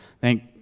Thank